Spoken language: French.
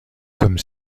comme